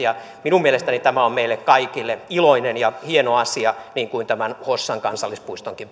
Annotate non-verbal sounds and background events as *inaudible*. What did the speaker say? minun mielestäni tämä on meille kaikille iloinen ja hieno asia niin kuin hossan kansallispuistonkin *unintelligible*